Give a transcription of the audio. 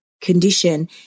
condition